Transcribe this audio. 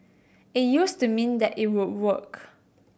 it used to mean that it would work